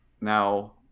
now